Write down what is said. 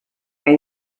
mis